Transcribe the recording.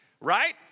right